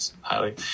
highly